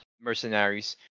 mercenaries